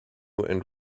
and